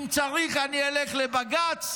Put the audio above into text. אם צריך, אני אלך לבג"ץ.